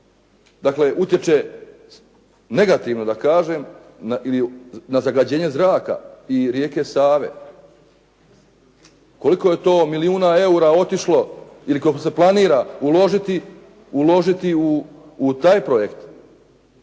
Brodu utječe negativno da kažem ili na zagađenje zraka i rijeke Save. Koliko je to milijuna eura otišlo ili koliko se planira uložiti u taj projekt?